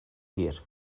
hir